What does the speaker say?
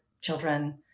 children